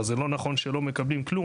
אז זה לא נכון שלא מקבלים כלום,